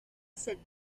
cette